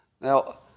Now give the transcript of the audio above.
Now